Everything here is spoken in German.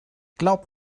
glaub